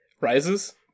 Rises